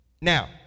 Now